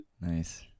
Nice